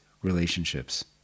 Relationships